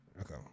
Okay